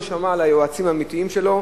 לא שמע ליועצים האמיתיים שלו,